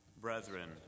Brethren